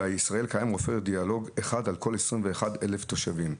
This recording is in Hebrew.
בישראל קיים רופא רדיולוג אחד על כל 21 אלף תושבים.